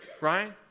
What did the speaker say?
right